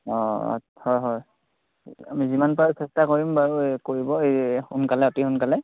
অঁ হয় হয় আমি যিমান পাৰোঁ চেষ্টা কৰিম বাৰু এই কৰিব এই সোনকালে অতি সোনকালে